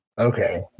Okay